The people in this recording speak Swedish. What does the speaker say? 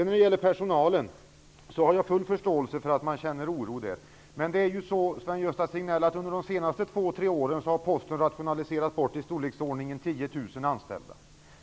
När det gäller personalen har jag full förståelse för att den känner oro. Under de senaste två tre åren har Posten rationaliserat bort i storleksordningen 10 000 anställda.